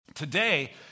Today